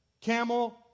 camel